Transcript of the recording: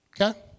Okay